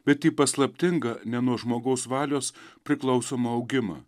bet ji paslaptingą ne nuo žmogaus valios priklausomą augimą